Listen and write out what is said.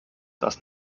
das